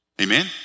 Amen